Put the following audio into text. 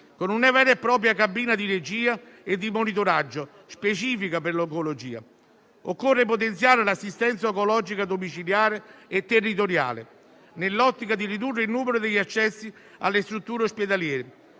con una vera e propria cabina di regia e di monitoraggio specifica per l'oncologia. Occorre potenziare l'assistenza oncologica domiciliare e territoriale nell'ottica di ridurre il numero degli accessi alle strutture ospedaliere,